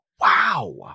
Wow